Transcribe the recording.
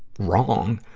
wrong.